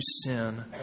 sin